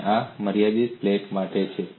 અને આ મર્યાદિત પ્લેટ માટે છે